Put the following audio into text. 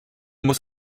muss